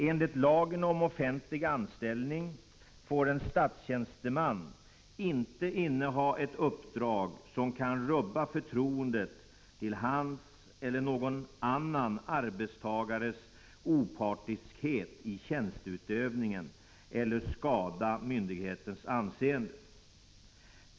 Enligt lagen om offentlig anställning får en statstjänsteman inte inneha ett uppdrag som kan rubba förtroendet till hans eller någon annan arbetstagares opartiskhet i tjänsteutövningen eller skada myndighetens anseende.